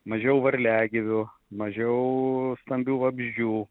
mažiau varliagyvių mažiau stambių vabzdžių